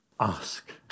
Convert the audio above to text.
Ask